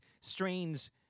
strains